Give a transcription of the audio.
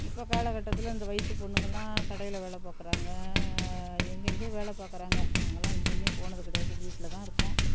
இப்போ காலக்கட்டத்தில் இந்த வயசு பொண்ணுங்கள்லாம் கடையில் வேலை பார்க்குறாங்க எங்கே எங்கேயோ வேலை பார்க்குறாங்க நாங்கள்லாம் எங்கேயிமே போனது கிடையாது வீட்டில் தான் இருப்போம்